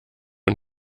und